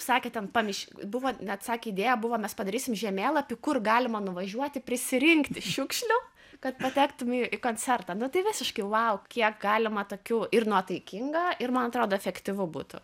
sakė ten pamiš buvo net sakė idėja buvo mes padarysim žemėlapį kur galima nuvažiuoti prisirinkti šiukšlių kad patektum į į koncertą nu tai visiškai vau kiek galima tokių ir nuotaikinga ir man atrodo efektyvu būtų